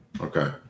okay